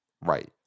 Right